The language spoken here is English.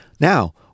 Now